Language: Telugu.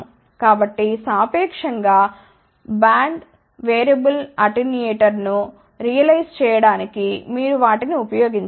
కాబట్టి సాపేక్షం గా బ్రాడ్ బ్యాండ్ వేరియబుల్ అటెన్యూయేటర్ను రియలైజ్ చేయడానికి మీరు వాటిని ఉపయోగించవచ్చు